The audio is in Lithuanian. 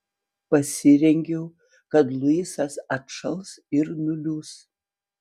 pasirengiau kad luisas atšals ir nuliūs